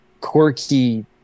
quirky